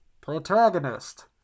Protagonist